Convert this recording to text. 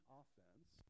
offense